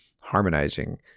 harmonizing